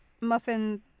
Muffin